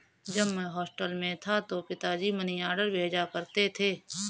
जब मैं हॉस्टल में था तो पिताजी मनीऑर्डर भेजा करते थे